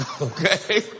Okay